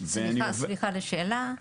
-- סליחה על השאלה,